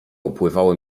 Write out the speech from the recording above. upływały